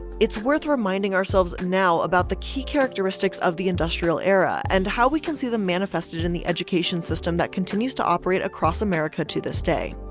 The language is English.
it's worth reminding ourselves now about the key characteristics of the industrial era. and how we can see them manifested in the education system that continues to operate across america to this day.